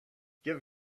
give